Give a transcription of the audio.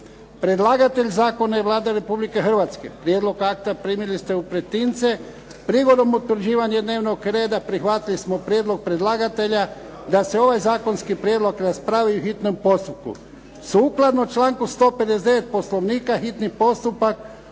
Predlagatelj zakona je Vlada Republike Hrvatske. Prijedlog akta primili ste u pretince. Prigodom utvrđivanja dnevnog reda prihvatili smo prijedlog predlagatelja da se ovaj zakonski prijedlog raspravi u hitnom postupku. Sukladno članku 159. Poslovnika, hitni postupak